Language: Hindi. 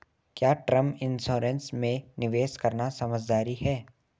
क्या टर्म इंश्योरेंस में निवेश करना समझदारी है?